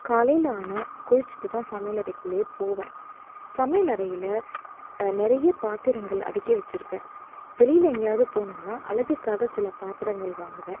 காலை ஆனால் குளித்துட்டு தான் சமையலறைக்குள்ளேயே போவேன் சமையலறையில் நிறைய பாத்திரங்கள் அடிக்கி வச்சிருப்பேன் வெளியில் எங்கேயாவது போனோம்னால் அழகுக்காக சில பாத்திரங்கள் வாங்குவேன்